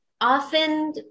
often